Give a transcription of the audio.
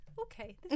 okay